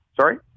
Sorry